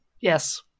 Yes